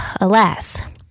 alas